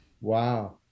Wow